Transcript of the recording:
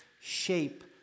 shape